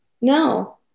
No